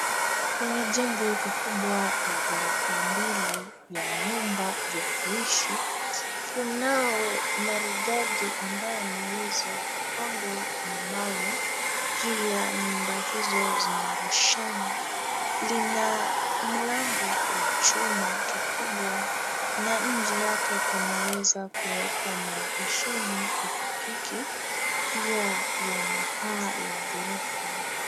Kwenye jengo kikubwa la ghorofa mbili ya nyumba za kuishi, kunao maridadi ambayo yameweza kupangwa na mawe. Pia nyumba hizo zina roshani. Lina mlango wa chuma kikubwa, na nje yake kumeweza kuwekwa maegeshoni, pikipiki. Pia yanapaa la ghorofa.